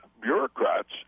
bureaucrats